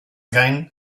gain